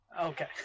Okay